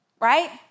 right